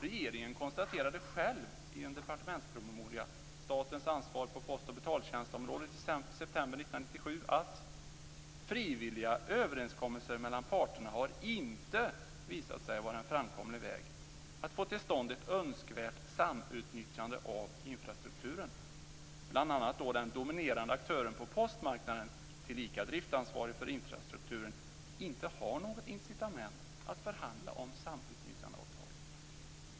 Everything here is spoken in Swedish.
Regeringen konstaterade själv i en departementspromemoria, Statens ansvar på post och betaltjänstområdet, i september 1997 följande: "Frivilliga överenskommelser mellan parterna har inte visat sig vara en framkomlig väg att få till stånd ett önskvärt samutnyttjande av infrastrukturen, bl.a. då den dominerande aktören på postmarknaden tillika driftansvarig för infrastrukturen inte har något incitament att förhandla om samutnyttjandeavtal."